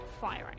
firing